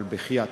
אבל בחייאת,